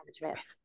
management